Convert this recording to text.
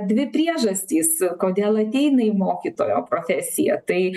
dvi priežastys kodėl ateina į mokytojo profesiją tai